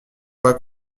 pas